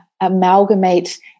amalgamate